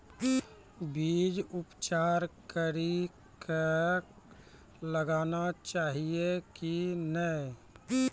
बीज उपचार कड़ी कऽ लगाना चाहिए कि नैय?